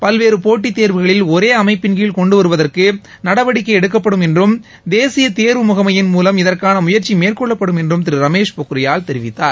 பல்வேறு போட்டித் தேர்வுகளில் ஒரே அமைப்பிள் கீழ் கொண்டு வருவதற்கு நடவடிக்கை எடுக்கப்படும் என்றும் தேசிய தேர்வு முகமையின் மூலம் இதற்கான முயற்சி மேற்னெள்ளப்படும் என்றும் திரு ரமேஷ் பொக்ரியால் தெரிவித்தார்